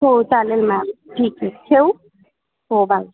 हो चालेल मॅम ठीक आहे ठेवू हो बाय